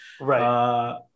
Right